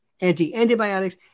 anti-antibiotics